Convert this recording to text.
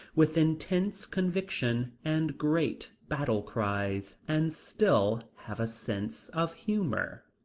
with intense conviction, and great battle cries, and still have a sense of humor.